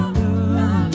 love